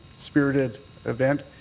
spirited event.